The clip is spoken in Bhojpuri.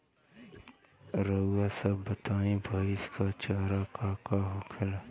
रउआ सभ बताई भईस क चारा का का होखेला?